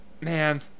man